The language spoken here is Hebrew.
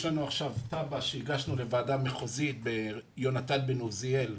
יש לנו עכשיו תב"ע שהגנו לוועדה מחוזית בקבר יהונתן בן עוזיאל בעמוקה,